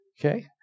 Okay